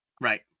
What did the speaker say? Right